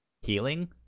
healing